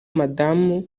umudamu